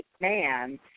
man